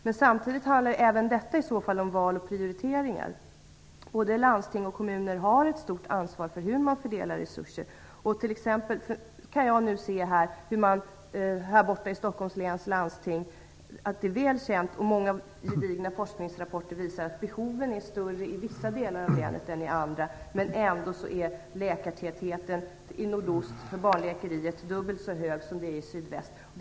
Men det handlar samtidigt om val och prioriteringar. Både landsting och kommuner har ett stort ansvar för hur man fördelar resurser. Det är t.ex. i Stockholms läns landsting väl känt och visas av många gedigna forskningsrapporter att behoven är större i vissa delar av länet än i andra. Där barnen med de största behoven finns måste också de största resurserna sättas in, inte tvärtom.